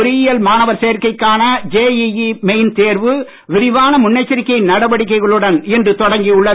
பொறியியல் மாணவர் சேர்க்கைக்கான ஜேஇஇ மெயின் தேர்வு விரிவான முன்னெச்சரிக்கை நடவடிக்கைகளுடன் இன்று தொடங்கியுள்ளது